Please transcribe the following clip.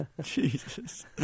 Jesus